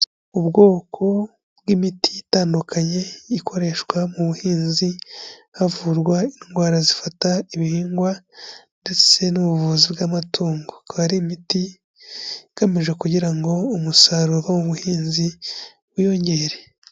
Ubwoko bw'imiti itandukanye ikoreshwa mu buhinzi havurwa indwara zifata ibihingwa ndetse n'ubuvuzi bw'amatungo, ikaba ari imiti igamije kugira ngo umusaruro uva mu buhinzi wiyongere.